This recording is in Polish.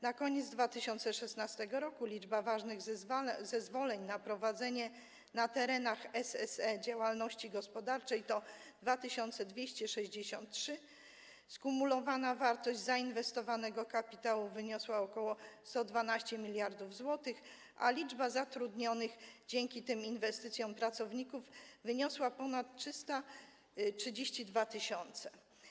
Na koniec 2016 r. liczba ważnych zezwoleń na prowadzenie na terenach SSE działalności gospodarczej to 2263, skumulowana wartość zainwestowanego kapitału wyniosła ok. 112 mld zł, a liczba zatrudnionych dzięki tym inwestycjom pracowników wyniosła ponad 332 tys.